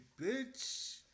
bitch